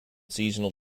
seasonal